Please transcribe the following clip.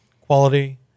quality